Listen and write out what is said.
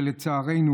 ולצערנו,